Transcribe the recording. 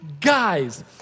guys